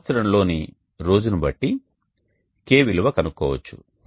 సంవత్సరం లోని రోజు ను బట్టి K విలువ కనుక్కోవచ్చు